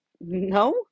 no